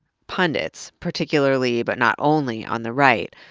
pundits, particularly but not only on the right,